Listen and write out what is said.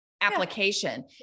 application